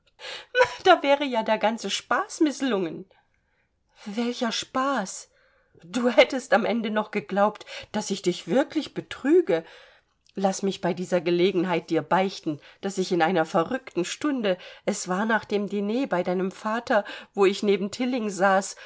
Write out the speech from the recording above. da wäre ja der ganze spaß mißlungen welcher spaß du hättest am ende noch geglaubt daß ich dich wirklich betrüge laß mich bei dieser gelegenheit dir beichten daß ich in einer verrückten stunde es war nach dem diner bei deinem vater wo ich neben tilling saß